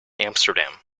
amsterdam